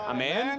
Amen